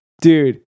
dude